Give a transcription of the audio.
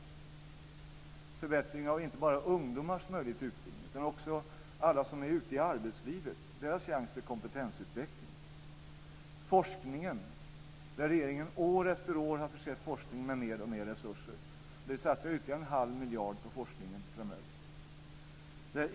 Det handlar om en förbättring av inte bara ungdomars möjligheter till utbildning utan också att ge alla som är ute i arbetslivet en chans till kompetensutveckling. Det handlar också om forskningen. Regeringen har år efter år försett forskningen med mer resurser, och vi satsar ytterligare en halv miljard på forskningen framöver.